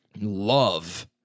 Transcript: love